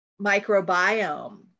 microbiome